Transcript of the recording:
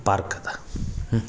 park ಅದ ಹ್ಞೂ